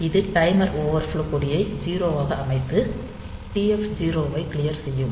இது timer overflow கொடியை 0 ஆக அமைத்து TF0 ஐ க்ளியர் செய்யும்